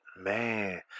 Man